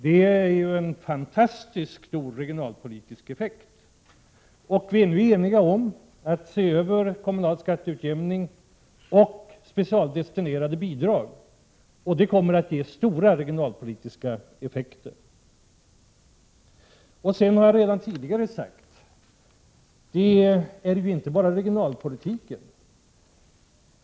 Detta ger en fantastiskt stor regionalpolitisk effekt. Vi är nu eniga om att se över frågan om den kommunala skatteutjämningen och specialdestinerade bidrag. Det kommer att ge stora regionalpolitiska effekter. Jag har redan tidigare sagt att det inte bara är fråga om regionalpolitiken.